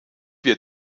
wir